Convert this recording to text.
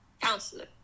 counselor